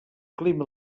clima